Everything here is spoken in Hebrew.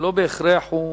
לא בהכרח זה